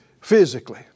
physically